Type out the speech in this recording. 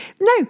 No